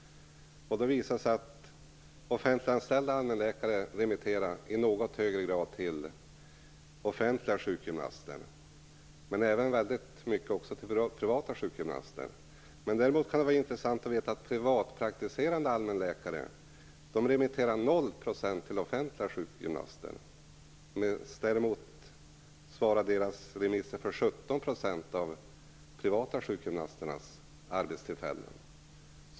Det visade sig att offentliganställda allmänläkare remitterar i något högre grad till offentliga sjukgymnaster, men även väldigt ofta till privata sjukgymnaster. Men det kan också vara intressant att veta att privatpraktiserande allmänläkare remitterar 0 % till offentliga sjukgymnaster. Däremot svarar deras remisser för 17 % av de privata sjukgymnasternas arbetstillfällen.